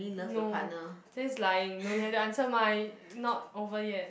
no that's lying no you have to answer mine not over yet